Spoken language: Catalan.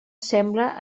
sembla